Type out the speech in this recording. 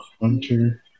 hunter